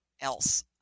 else